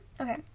Okay